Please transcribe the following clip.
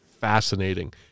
fascinating